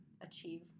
achieve